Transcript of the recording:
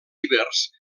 ibers